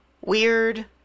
weird